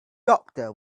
doctor